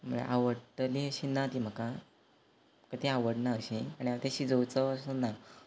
म्हळ्या आवडटलीं अशीं ना तीं म्हाका म्हाका तीं आवडना अशीं आनी हांव तें शिजोवचो असो ना